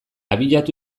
abiatu